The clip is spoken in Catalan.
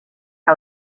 que